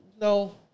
no